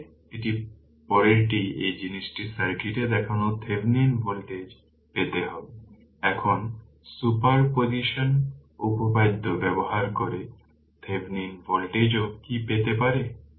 তাহলে এখন পরেরটি এই জিনিসটির সার্কিটে দেখানো থেভেনিন ভোল্টেজ পেতে হবে এখন সুপারপজিশন উপপাদ্য ব্যবহার করে থেভেনিন ভোল্টেজও কী পেতে পারে